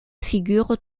figurent